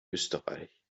österreich